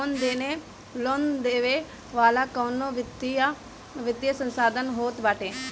loan देवे वाला कवनो वित्तीय संस्थान होत बाटे